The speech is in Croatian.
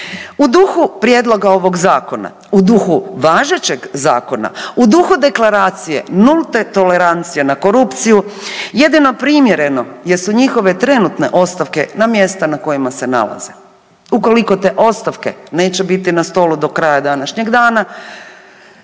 U duhu prijedloga ovog Zakona, u duhu važećeg zakona, u duhu Deklaracije nulte tolerancije na korupciju jedino primjereno jesu njihove trenutne ostavke na mjesta na kojima se nalaze. Ukoliko te ostavke neće biti na stolu do kraja današnjeg dana,